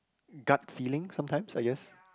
gut feeling sometimes I guess